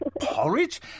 Porridge